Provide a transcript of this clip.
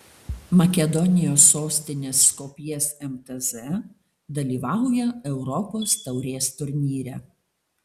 makedonijos sostinės skopjės mtz dalyvauja europos taurės turnyre